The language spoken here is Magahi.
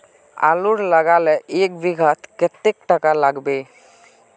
आलूर लगाले एक बिघात कतेक टका लागबे?